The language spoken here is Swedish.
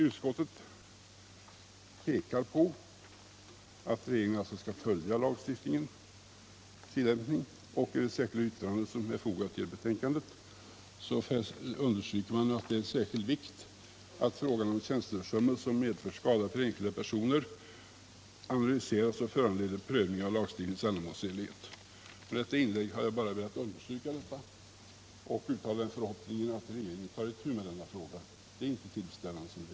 Utskottet pekar på att regeringen skall följa tillämpningen av lagstiftningen, och i det särskilda yttrande som är fogat till betänkandet understryker man att det är ”av synnerlig vikt att frågor om tjänsteförsummelser som medfört skada för enskilda personer ingående analyseras och föranleder prövning av lagstiftningens ändamålsenlighet.” Med detta inlägg har jag bara velat understryka vad som står i det särskilda yttrandet. Jag vill uttala en förhoppning om att regeringen tar itu med denna fråga. Förhållandena nu är inte tillfredsställande.